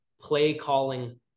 play-calling